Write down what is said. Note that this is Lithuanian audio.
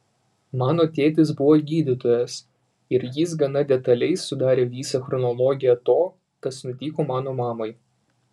mano tėtis buvo gydytojas ir jis gana detaliai sudarė visą chronologiją to kas nutiko mano mamai